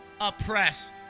oppress